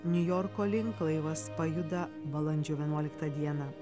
niujorko link laivas pajuda balandžio vienuoliktą dieną